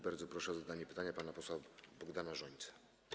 Bardzo proszę o zadanie pytania pana posła Bogdana Rzońcę.